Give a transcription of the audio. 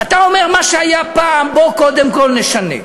אתה אומר: מה שהיה פעם, בוא קודם כול נשנה.